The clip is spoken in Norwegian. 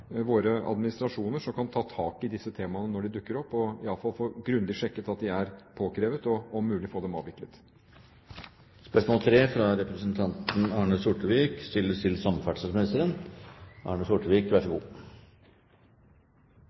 våre administrasjoner – som kan ta tak i disse temaene når de dukker opp, og iallfall få grundig sjekket at de er påkrevet, og om mulig få dem avviklet.